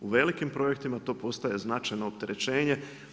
U velikim projektima to postaje značajno opterećenje.